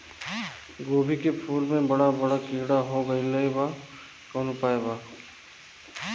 गोभी के फूल मे बड़ा बड़ा कीड़ा हो गइलबा कवन उपाय बा?